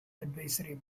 advisory